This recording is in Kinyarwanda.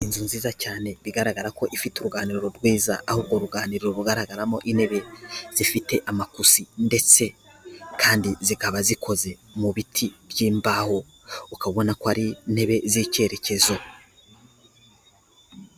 Inzu nziza cyane, bigaragara ko ifite uruganiriro bwiza, aho urwo ruganiriro rugaragaramo intebe zifite amakusi, ndetse kandi zikaba zikoze mu biti by'imbaho, ukaba ubona ko ari intebe z'icyerekezo.